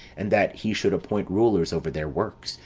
and that he should appoint rulers over their works,